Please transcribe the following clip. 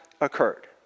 occurred